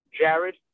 Jared